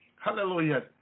Hallelujah